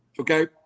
okay